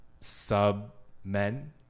sub-men